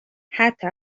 حتی